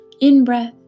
In-breath